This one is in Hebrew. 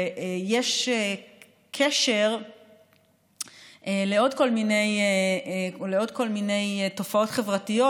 ויש קשר לעוד כל מיני תופעות חברתיות,